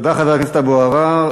תודה, חבר הכנסת אבו עראר.